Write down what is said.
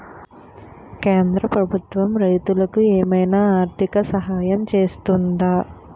కేంద్ర ప్రభుత్వం రైతులకు ఏమైనా ఆర్థిక సాయం చేస్తుందా?